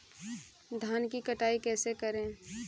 धान की कटाई कैसे करें?